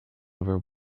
over